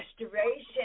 restoration